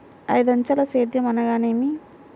ఐదంచెల సేద్యం అనగా నేమి?